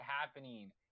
happening